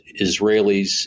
Israelis